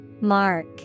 Mark